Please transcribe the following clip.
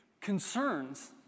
concerns